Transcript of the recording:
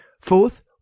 Fourth